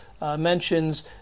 mentions